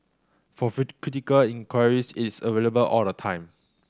for critical inquiries it's available all the time